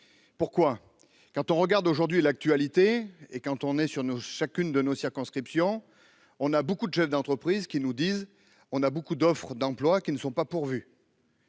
pourquoi quand on regarde aujourd'hui l'actualité et quand on est sur nos chacune de nos circonscriptions, on a beaucoup de chefs d'entreprises qui nous disent : on a beaucoup d'offres d'emploi qui ne sont pas pourvus.